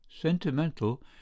sentimental